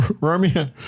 Romeo